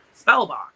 Spellbox